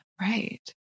Right